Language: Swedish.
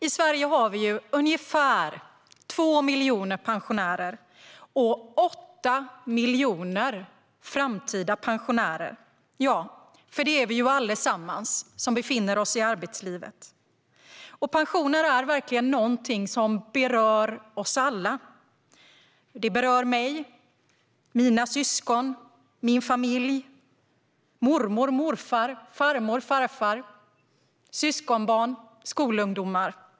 I Sverige har vi ungefär 2 miljoner pensionärer och 8 miljoner framtida pensionärer - ja, för det är vi ju alla som befinner oss i arbetslivet. Pensioner är verkligen något som berör oss alla. Det berör mig, mina syskon, min familj, mormor och morfar, farmor och farfar, syskonbarn och skolungdomar.